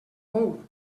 bou